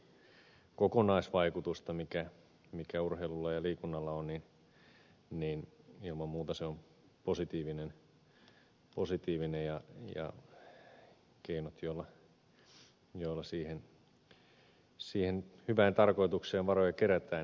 kun mietitään sitä kokonaisvaikutusta mikä urheilulla ja liikunnalla on niin ilman muuta se on positiivinen ja keinot joilla siihen hyvään tarkoitukseen varoja kerätään ovat tietysti moninaiset